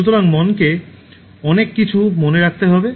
সুতরাং মনকে অনেক কিছু মনে রাখতে হবে